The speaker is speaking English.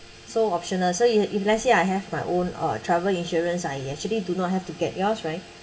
so optional so you if let's say I have my own uh travel insurance ah I actually do not have to get yours right